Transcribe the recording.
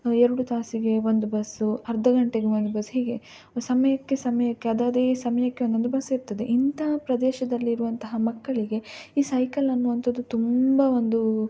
ಎರಡು ತಾಸಿಗೆ ಒಂದು ಬಸ್ಸು ಅರ್ಧ ಗಂಟೆಗೆ ಒಂದು ಬಸ್ ಹೀಗೆ ಸಮಯಕ್ಕೆ ಸಮಯಕ್ಕೆ ಅದದೇ ಸಮಯಕ್ಕೆ ಒಂದೊಂದು ಬಸ್ಸಿರ್ತದೆ ಇಂತಹ ಪ್ರದೇಶದಲ್ಲಿರುವಂತಹ ಮಕ್ಕಳಿಗೆ ಈ ಸೈಕಲ್ ಅನ್ನುಂತದ್ದು ತುಂಬ ಒಂದು